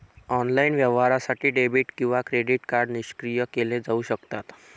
online व्यवहारासाठी debit किंवा credit card निष्क्रिय केले जाऊ शकतात